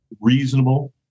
reasonable